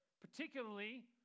particularly